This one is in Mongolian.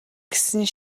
гэсэн